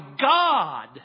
God